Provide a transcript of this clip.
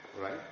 Right